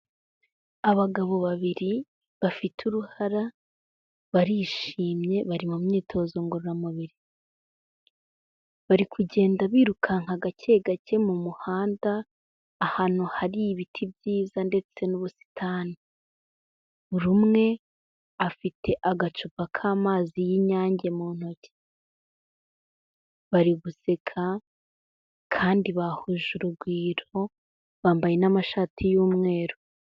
Abagabo babiri bafite uruhara barishimye bari mu myitozo ngororamubiri. Bari kugenda birukanka gake gake mu mu handa ahantu hari ibiti byiza ndetse n'ubusitani, buri umwe afite agacupa k'amazi y'Inyange mu ntoki, bari guseka kandi bahuje urugwiro, bambaye n'amashati y'umweru.